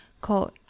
Called